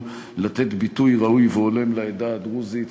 לתת ביטוי ראוי והולם לעדה הדרוזית,